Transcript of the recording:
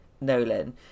Nolan